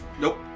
Nope